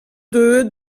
deuet